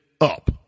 up